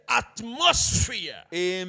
atmosphere